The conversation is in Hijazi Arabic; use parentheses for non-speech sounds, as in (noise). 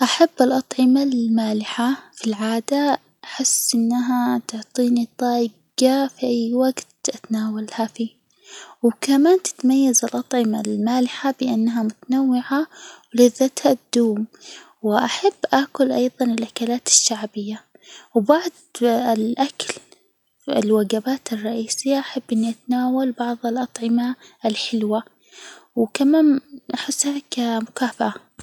أحب الأطعمة المالحة في العادة، أحس إنها تعطيني طاجة في أي وجت أتناولها فيه، وكمان تتميز الأطعمة المالحة بأنها متنوعة، ولذتها تدوم، وأحب أكل أيضًا الأكلات الشعبية، وبعد الأكل الوجبات الرئيسية أحب أني أتناول بعض الأطعمة الحلوة، وكمان أحسها ك (hesitation) مكافأة.